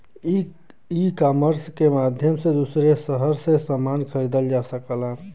ecommerce के माध्यम से दूसरे शहर से समान खरीदल जा सकला